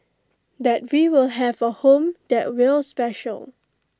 that we will have A home that will special